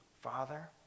Father